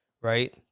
Right